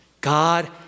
God